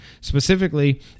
Specifically